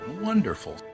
Wonderful